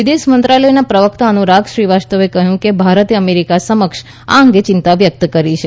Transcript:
વિદેશ મંત્રાલયના પ્રવક્તા અનુરાગ શ્રીવાસ્તવે કહ્યું કે ભારતે અમેરિકા સમક્ષ આ અંગે ચિંતા વ્યક્ત કરી છે